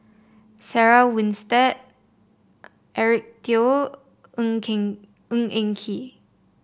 Sarah Winstedt Eric Teo Ng Ng Eng Kee